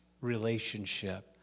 relationship